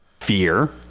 Fear